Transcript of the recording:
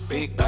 Big